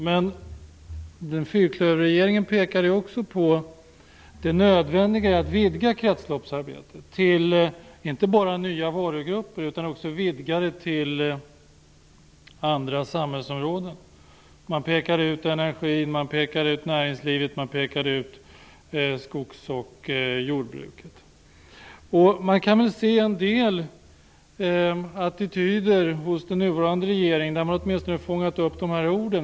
Men fyrklöverregeringen pekade också på det nödvändiga i att vidga kretsloppsarbetet till inte bara nya varugrupper utan också till andra samhällsområden, som energi, näringslivet, skogs och jordbruket. Man kan se en del attityder hos den nuvarande regeringen där man åtminstone fångat upp de här orden.